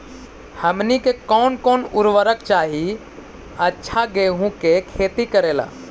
हमनी के कौन कौन उर्वरक चाही अच्छा गेंहू के खेती करेला?